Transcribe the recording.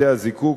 בתי-הזיקוק,